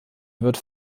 wird